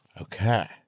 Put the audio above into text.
Okay